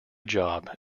job